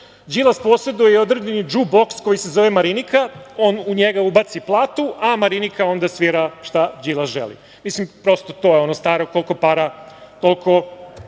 Đilas poseduje i određeni džuboks koji se zove Marinika. On u njega ubaci platu, a Marinika onda svira šta Đilas želi. Prosto, to je ono staro - koliko para, toliko